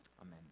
Amen